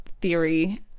theory